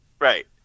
Right